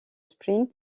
sprint